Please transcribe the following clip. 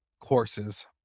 courses